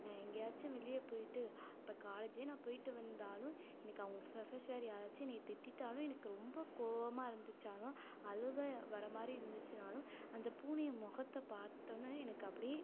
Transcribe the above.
நான் எங்கயாச்சும் வெளியே போயிட்டு இப்போ காலேஜ் நான் போயிட்டு வந்தாலும் எனக்கு அவங்கள் ப்ரொபசர் யாராச்சும் என்னை திட்டிட்டாலும் எனக்கு ரொம்ப கோவமாக இருந்துச்சுனாலும் அழுகை வர்ற மாதிரி இருந்துச்சுன்னாலும் அந்தப் பூனை முகத்தைப் பார்த்தோம்னாலே எனக்கு அப்படியே